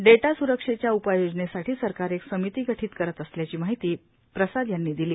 data स्रक्षेच्या उपाययोजनेसाठी सरकार एक समिती गठित करत असल्याची माहिती ही प्रसाद यांनी दिली